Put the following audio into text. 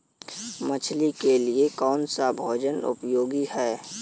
मछली के लिए कौन सा भोजन उपयोगी है?